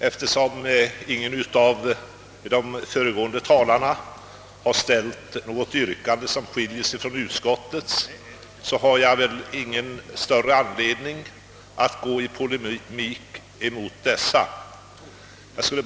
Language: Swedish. Eftersom inte någon av de föregående talarna har ställt något yrkande, som skiljer sig från utskottets, har jag ingen större anledning att gå i polemik mot dessa talare.